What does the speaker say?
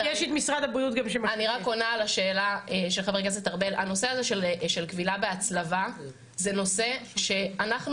הנושא הזה של כבילה בהצלבה זה נושא שאנחנו